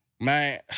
Man